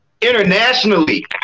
internationally